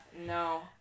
No